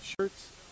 shirts